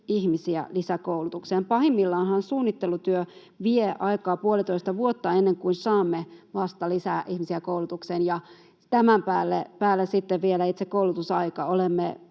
ihmisiä lisäkoulutukseen. Pahimmillaanhan suunnittelutyö vie aikaa puolitoista vuotta, ennen kuin saamme vasta lisää ihmisiä koulutukseen, ja tämän päälle sitten vielä itse koulutusaika. Olemme